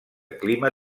clima